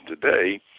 today